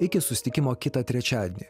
iki susitikimo kitą trečiadienį